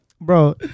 Bro